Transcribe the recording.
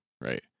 Right